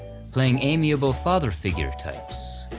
playing amiable father-figure types.